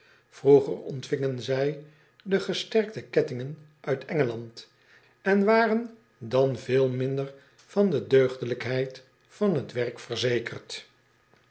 roeger ontvingen zij de gesterkte kettingen uit ngeland en waren dan veel minder van de deugdelijkheid van het werk verzekerd